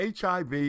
HIV